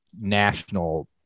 national